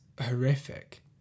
horrific